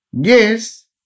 Yes